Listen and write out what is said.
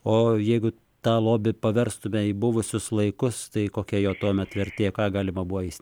o jeigu tą lobį paverstume į buvusius laikus tai kokia jo tuomet vertė ką galima buvo jis